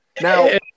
Now